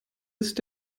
ist